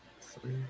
Three